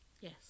Yes